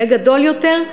יהיה גדול יותר.